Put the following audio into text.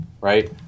right